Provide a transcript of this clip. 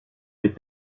les